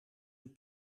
een